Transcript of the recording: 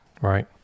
right